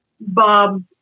Bob